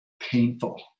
painful